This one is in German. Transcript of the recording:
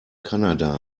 kanada